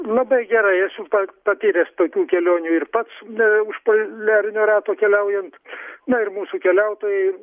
labai gerai esu pa patyręs tokių kelionių ir pats už poliarinio rato keliaujant na ir mūsų keliautojai